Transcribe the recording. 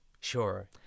sure